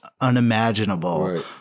unimaginable